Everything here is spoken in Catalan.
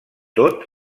tot